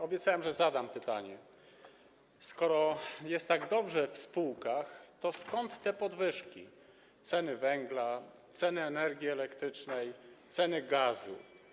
Obiecałem, że zadam pytanie: Skoro jest tak dobrze w spółkach, to skąd te podwyżki ceny węgla, ceny energii elektrycznej, ceny gazu?